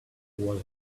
was